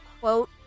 quote